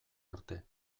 arte